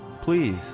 Please